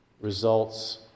results